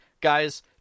guys